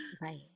Right